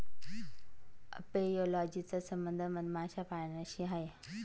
apiology चा संबंध मधमाशा पाळण्याशी आहे